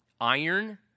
iron